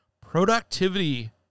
productivity